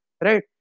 right